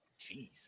Jeez